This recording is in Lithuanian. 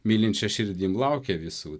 mylinčia širdim laukia visų